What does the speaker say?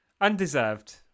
Undeserved